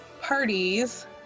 parties